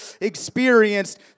experienced